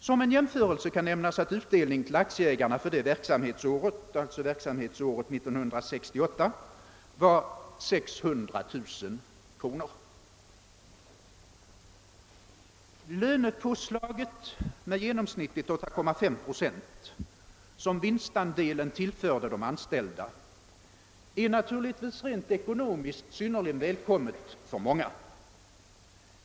Som en jämförelse kan nämnas att utdelningen till aktieägarna för det verksamhetsåret, verksamhetsåret 1967, var 600 000 kronor. Lönepåslaget med genomsnitiligt 8,5 procent som vinstandelen tillförde de anställda är naturligtvis rent ekonomiskt synnerligen välkommet för många.